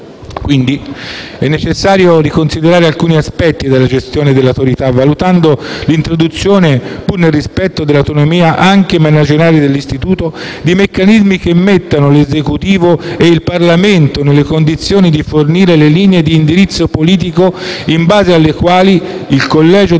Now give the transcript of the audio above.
quindi necessario riconsiderare alcuni aspetti della gestione dell'Autorità, valutando l'introduzione, pur nel rispetto dell'autonomia anche manageriale dell'istituto, di meccanismi che mettano l'Esecutivo e il Parlamento nelle condizioni di fornire le linee di indirizzo politico in base alle quali il collegio